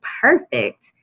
perfect